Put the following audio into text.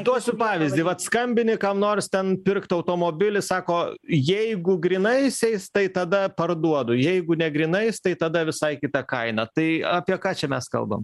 duosiu pavyzdį vat skambini kam nors ten pirkt automobilį sako jeigu grynaisiais tai tada parduodu jeigu ne grynais tai tada visai kita kaina tai apie ką čia mes kalbam